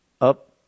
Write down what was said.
up